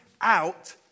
out